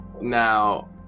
now